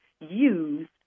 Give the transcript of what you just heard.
use